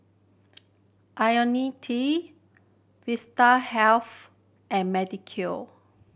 Ionil T Vitahealth and